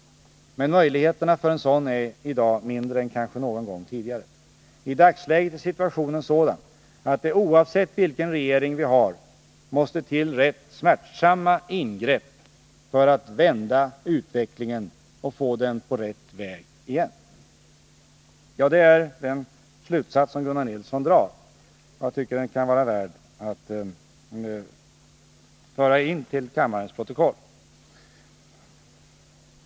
Men möjligheterna för en sådan är i dag mindre än kanske någon gång tidigare. ——- Men i dagsläget är situationen sådan att det oavsett vilken regering vi har måste till rätt smärtsamma ingrepp för att vända utvecklingen och få den på rätt väg.” Det är den slutsats som Gunnar Nilsson drar. Den kan vara värd att föra in i kammarens protokoll.